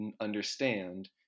understand